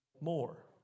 more